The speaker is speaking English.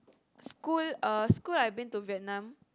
School uh school I've been to Vietnam